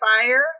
Fire